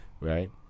right